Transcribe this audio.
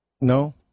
No